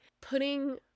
putting